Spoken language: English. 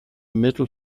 medal